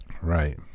Right